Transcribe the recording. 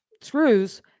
screws